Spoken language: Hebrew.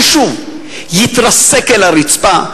והוא שוב יתרסק על הרצפה.